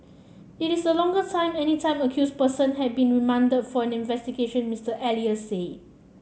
it is the longest time any time accused person has been remanded for an investigation Mister Elias said